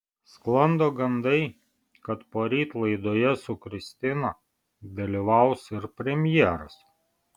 sklando gandai kad poryt laidoje su kristina dalyvaus ir premjeras